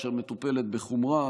אשר מטופלת בחומרה.